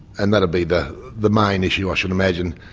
and that'd be the the main issue i should imagine.